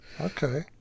Okay